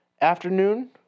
afternoon